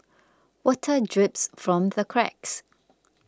water drips from the cracks